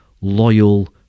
loyal